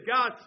God